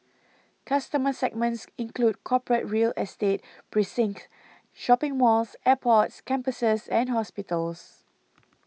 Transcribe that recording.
customer segments include corporate real estate precincts shopping malls airports campuses and hospitals